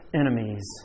enemies